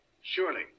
surely